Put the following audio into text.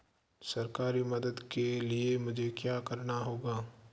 सरकारी मदद के लिए मुझे क्या करना होगा?